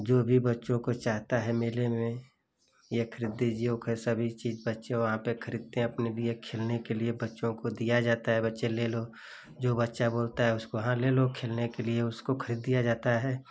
जो भी बच्चों को चाहता है मेले में ये खरीद दीजिए वो ख सब ही चीज़ बच्चे वहाँ पर खरीदते हें अपने लिए खेलने के लिए बच्चों को दिया जाता है बच्चे ले लो जो बच्चा बोलता है उसको हाँ ले लो खेलने के लिए उसको खरीद दिया जाता है